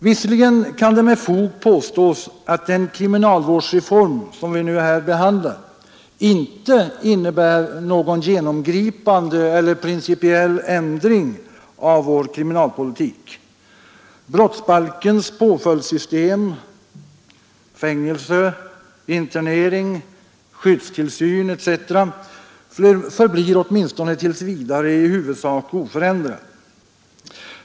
Visserligen kan det med fog påstås att den kriminalvårdsreform som vi här behandlar inte innebär någon genomgripande eller principiell ändring av vår kriminalpolitik. Brottsbalkens påföljdssystem — fängelse, internering, skyddstillsyn etc. — förblir åtminstone tills vidare i huvudsak oförändrat.